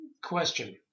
Question